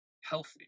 healthy